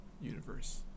universe